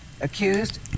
Accused